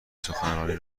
سخنرانی